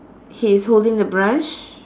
he is holding the brush